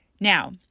Now